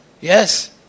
Yes